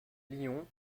lion